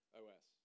os